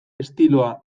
estiloa